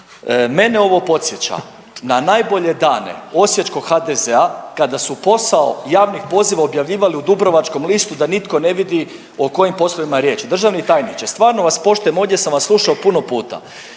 Mene ovo podsjeća na najbolje dane osječkog HDZ-a kada su posao javnih poziva objavljivali u Dubrovačkom listu da nitko ne vidi o kojim je poslovima riječ. Državni tajniče, stvarno vas poštujem, ovdje sam vas slušao puno puta.